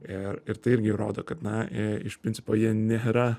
ir ir tai irgi rodo kad na iš principo jie nėra